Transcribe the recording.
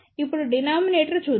ఇప్పుడు డినామినేటర్ చూద్దాం